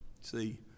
See